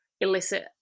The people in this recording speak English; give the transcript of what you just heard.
elicit